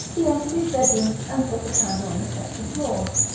he entered his bedroom and put the candle on the chest of drawers.